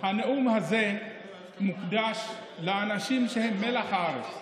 הנאום הזה מוקדש לאנשים שהם מלח הארץ,